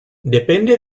depende